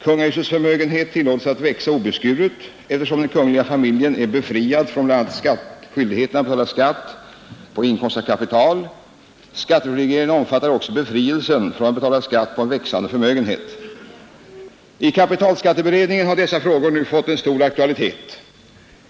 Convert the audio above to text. Kungahusets förmögenhet tillåtes att växa obeskuret eftersom den kungliga familjen är befriad från bl.a. skyldigheten att betala skatt på inkomst av kapital. Skatteprivilegierna omfattar också befrielsen från att betala skatt på en växande förmögenhet. I kapitalskatteberedningen har dessa frågor nu fått stor aktualitet.